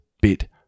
bit